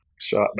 shot